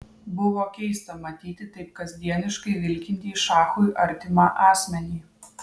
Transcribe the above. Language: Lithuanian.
buvo keista matyti taip kasdieniškai vilkintį šachui artimą asmenį